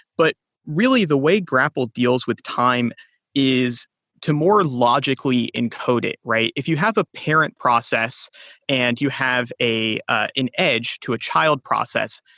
but really the way grapl deals with time is to more logically encode it, right? if you have a parent process and you have ah an edge to a child process,